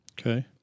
Okay